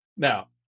Now